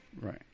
Right